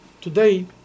today